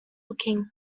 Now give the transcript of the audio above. looking